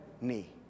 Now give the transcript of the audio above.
knee